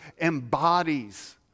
embodies